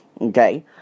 okay